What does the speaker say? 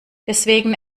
deswegen